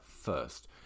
first